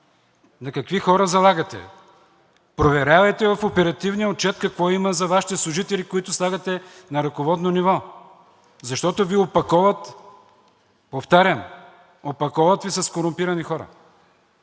на какви хора залагате! Проверявайте в оперативния отчет какво има за Вашите служители, които слагате на ръководно ниво, защото Ви опаковат, повтарям, опаковат Ви с корумпирани хора